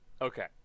Okay